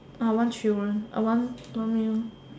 I want children I want one male